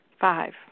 five